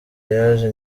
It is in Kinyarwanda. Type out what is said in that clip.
yaje